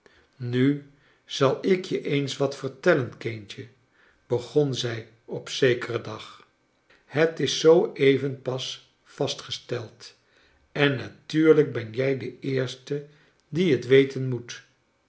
nu zal ik je eens wat vertellen kindje begon zij op zekeren dag het is zoo even pas vastgesteld en natuurlrjk ben jrj de eerste die het weten moet